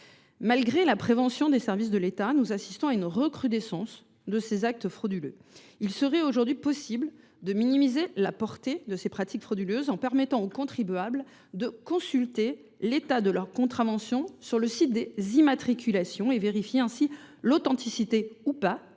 Malgré la prévention assurée par les services de l’État, nous assistons à une recrudescence de ces actes frauduleux. Il serait aujourd’hui possible de minimiser la portée de ces pratiques en permettant aux contribuables de consulter l’état de leurs contraventions sur le site des immatriculations et, ainsi, de vérifier l’authenticité de la